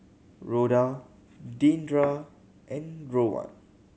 Rhoda Deandra and Rowan